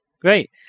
Great